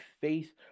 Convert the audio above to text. faith